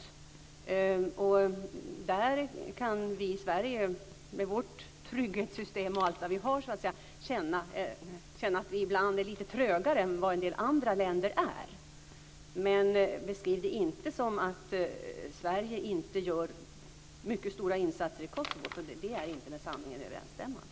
På den punkten kan vi i Sverige, med vårt trygghetssystem och allt vad vi har, känna att vi ibland är lite trögare än vad en del andra länder är. Men beskriv det inte som att Sverige inte gör mycket stora insatser i Kosovo, för det är inte med sanningen överensstämmande.